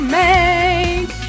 make